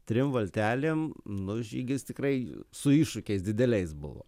trim valtelėm nu žygis tikrai su iššūkiais dideliais buvo